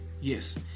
yes